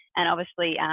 and obviously,